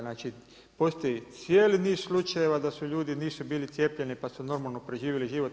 Znači, postoji cijeli niz slučajeva da su ljudi, da nisu bili cijepljeni pa su normalno preživjeli život.